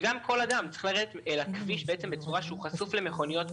וגם כל אדם צריך לרדת לכביש בצורה שהוא חשוף למכוניות,